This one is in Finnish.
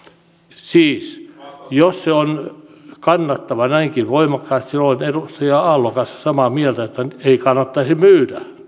siis jos se on kannattavaa näinkin voimakkaasti silloin olen edustaja aallon kanssa samaa mieltä että ei kannattaisi myydä